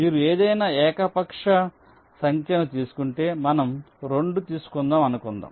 మీరు ఏదైనా ఏకపక్ష సంఖ్యను తీసుకుంటే మనం 2 తీసుకుందాం అనుకుందాం